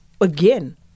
again